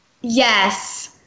Yes